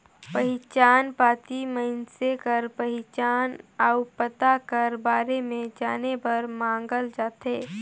पहिचान पाती मइनसे कर पहिचान अउ पता कर बारे में जाने बर मांगल जाथे